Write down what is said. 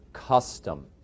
custom